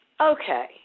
Okay